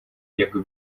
jak